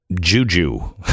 juju